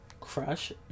Crush